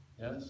yes